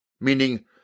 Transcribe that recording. meaning